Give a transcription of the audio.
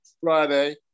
Friday